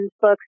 books